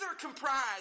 comprise